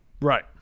Right